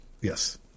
Yes